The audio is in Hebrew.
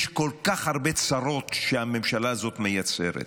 יש כל כך הרבה צרות שהממשלה הזאת מייצרת,